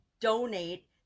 donate